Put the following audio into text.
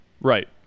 Right